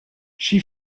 she